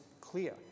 clear